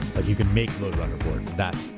but you could make lode runner boards. that's,